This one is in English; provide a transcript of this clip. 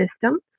System